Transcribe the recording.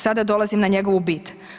Sada dolazim na njegovu bit.